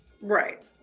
Right